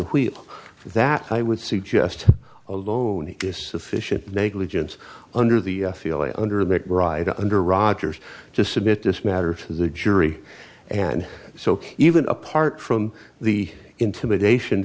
wheel that i would suggest alone is sufficient negligence under the feel i under that right under rodgers just submit this matter to the jury and so even apart from the intimidation